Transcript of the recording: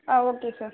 ah okay sir